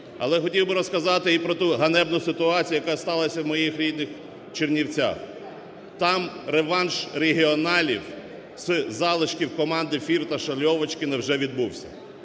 Але хотів би розказати і про ту ганебну ситуацію, яка сталася в моїх рідних Чернівцях. Там реванш регіоналів з залишків команди Фірташа, Льовочкіна вже відбувся.